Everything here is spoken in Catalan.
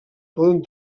poden